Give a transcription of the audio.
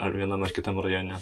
ar vienam ar kitam rajone